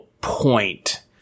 point